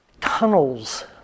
tunnels